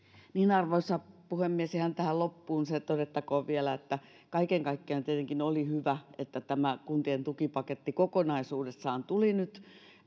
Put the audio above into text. arvoisa puhemies ihan tähän loppuun todettakoon vielä se että kaiken kaikkiaan tietenkin oli hyvä että tämä kuntien tukipaketti kokonaisuudessaan tuli nyt